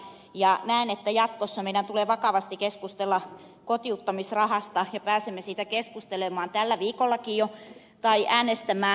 näen että jatkossa meidän tulee vakavasti keskustella kotiuttamisrahasta ja pääsemme siitä keskustelemaan tällä viikollakin jo tai äänestämään